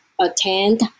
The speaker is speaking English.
attend